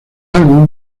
álbum